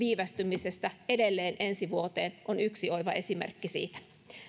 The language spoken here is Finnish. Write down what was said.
viivästymisestä edelleen ensi vuoteen on yksi oiva esimerkki siitä